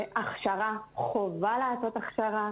חובה לעשות הכשרה.